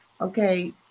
Okay